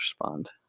respond